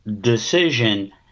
decision